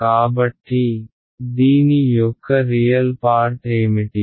కాబట్టి దీని యొక్క రియల్ పార్ట్ ఏమిటి